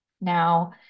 Now